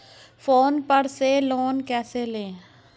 Phone पर से loan कैसे लें?